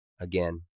again